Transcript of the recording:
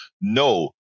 No